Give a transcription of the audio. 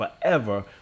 forever